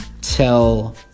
tell